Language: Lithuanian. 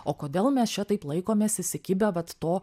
o kodėl mes čia taip laikomės įsikibę vat to